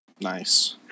Nice